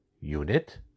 unit